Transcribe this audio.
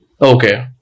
Okay